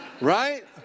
Right